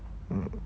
mm